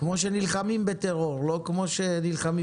כמו שנלחמים בטרור, לא כמו שנלחמים